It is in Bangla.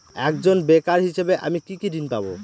একজন বেকার হিসেবে আমি কি কি ঋণ পাব?